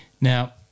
Now